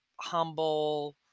humble